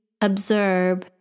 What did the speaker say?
observe